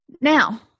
Now